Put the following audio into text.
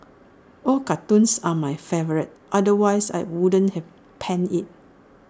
all cartoons are my favourite otherwise I wouldn't have penned IT